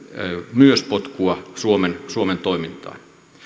myös potkua suomen suomen toimintaan